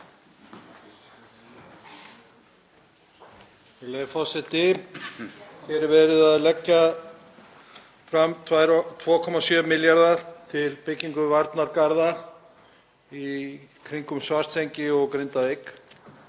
Virðulegi forseti. Hér er verið að leggja fram 2,7 milljarða til byggingar varnargarða í kringum Svartsengi og Grindavík.